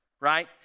right